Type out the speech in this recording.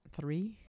three